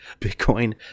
Bitcoin